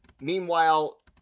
Meanwhile